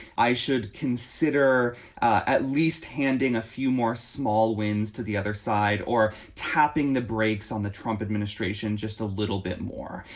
i should consider at least handing a few more small wins to the other side or tapping the brakes on the trump administration just a little bit more,